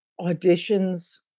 auditions